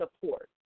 support